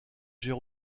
gère